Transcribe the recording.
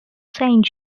saint